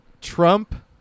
Trump